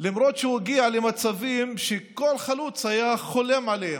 למרות שהוא הגיע למצבים שכל חלוץ היה חולם עליהם.